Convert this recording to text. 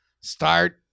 Start